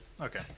Okay